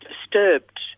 disturbed